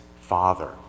Father